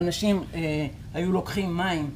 אנשים היו לוקחים מים